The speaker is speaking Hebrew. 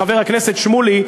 חבר הכנסת שמולי,